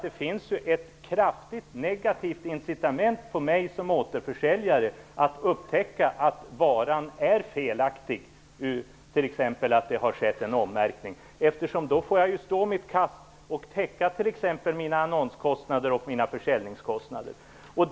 Det innebär ju ett kraftigt negativt incitament på en återförsäljare när det gäller att upptäcka att varan är felaktig, t.ex. att det har skett en ommärkning. Då får man ju stå sitt kast och täcka t.ex. sina annonskostnader och sina försäljningskostnader själv.